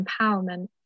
empowerment